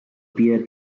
pier